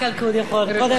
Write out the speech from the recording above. כבוד היושבת-ראש, תודה רבה.